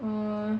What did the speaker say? um